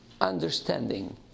understanding